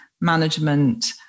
management